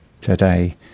today